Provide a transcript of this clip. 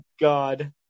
god